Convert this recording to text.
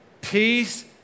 peace